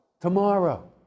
Tomorrow